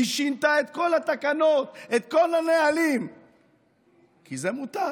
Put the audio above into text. תודה,